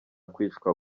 kwicwa